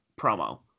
promo